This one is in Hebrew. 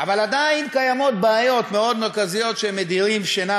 אבל עדיין קיימות בעיות מאוד מרכזיות שמדירות שינה